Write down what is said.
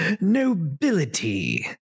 Nobility